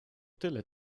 tyle